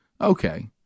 okay